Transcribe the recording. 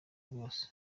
rwose